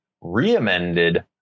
re-amended